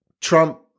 Trump